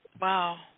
Wow